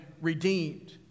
redeemed